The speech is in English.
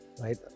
right